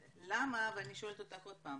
ואני שואלת עוד פעם,